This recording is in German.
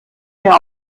mehr